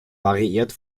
variiert